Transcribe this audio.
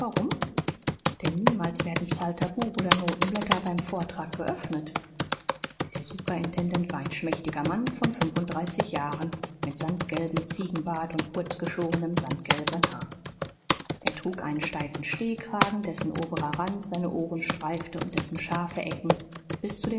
denn niemals werden psalterbuch oder notenblätter beim vortrag geöffnet der superintendent war ein schmächtiger mann von fünfunddreißig jahren mit sandgelbem ziegenbart und kurzgeschorenem sandgelbem haar er trug einen steifen stehkragen dessen oberer rand seine ohren streifte und dessen scharfe ecken bis zu